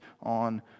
on